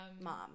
mom